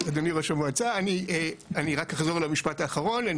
אני אדריכל הרשות לאכיפה במקרקעין,